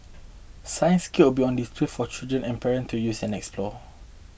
science kits will be on display for children and parents to use and explore